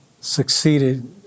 succeeded